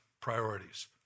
priorities